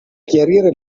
chiarire